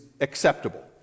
acceptable